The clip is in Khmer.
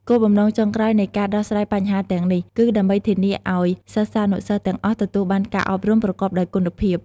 គោលបំណងចុងក្រោយនៃការដោះស្រាយបញ្ហាទាំងនេះ គឺដើម្បីធានាឱ្យសិស្សានុសិស្សទាំងអស់ទទួលបានការអប់រំប្រកបដោយគុណភាព។